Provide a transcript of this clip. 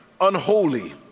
unholy